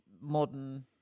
modern